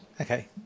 okay